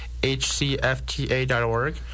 HCFTA.org